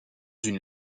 une